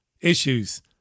issues